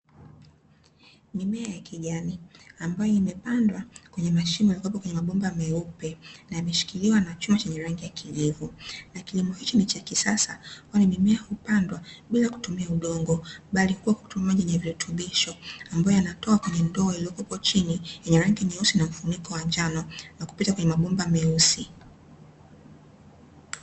Mimea ya kijani ambayo imepandwa kwenye mashimo ambayo yapo kwenye mabomba meupe na yameshikiliwa na chuma chenye rangi ya kijivu. Na kilimo hichi ni cha kisasa kwani mimea hupandwa bila kutumia udongo bali hukua kwa kutumia maji yenye virutubisho, ambayo yanatoka kwenye ndoo iliyokuwepo chini yenye rangi nyeusi na mfuniko wa njano, na kupita kwenye mabomba meusi.